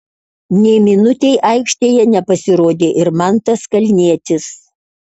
nė minutei aikštėje nepasirodė ir mantas kalnietis